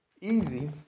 easy